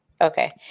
okay